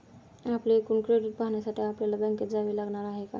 आपले एकूण क्रेडिट पाहण्यासाठी आपल्याला बँकेत जावे लागणार आहे का?